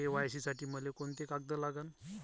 KYC साठी मले कोंते कागद लागन?